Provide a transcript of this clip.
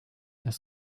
das